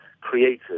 created